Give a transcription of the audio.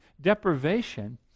deprivation